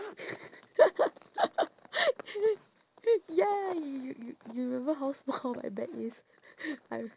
ya you you you you remember how small my bag is I r~